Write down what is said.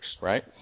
right